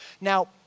Now